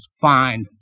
fine